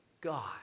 God